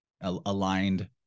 aligned